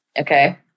Okay